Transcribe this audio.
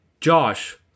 Josh